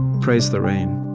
praise the rain,